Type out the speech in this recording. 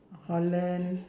holland